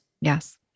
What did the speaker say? Yes